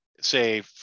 say